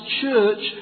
church